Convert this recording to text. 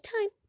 time